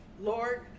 Lord